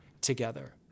together